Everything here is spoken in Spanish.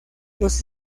los